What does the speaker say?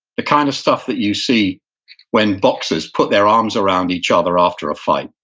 the kind of stuff that you see when boxers put their arms around each other after a fight.